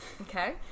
Okay